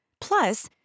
Plus